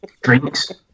Drinks